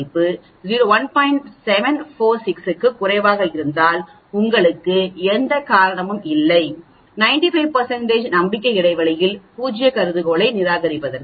746 க்கும் குறைவாக இருந்தால் உங்களுக்கு எந்த காரணமும் இல்லை 95 நம்பிக்கை இடைவெளியில் பூஜ்ய கருதுகோளை நிராகரிக்க